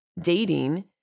dating